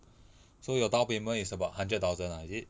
so your downpayment is about hundred thousand ah is it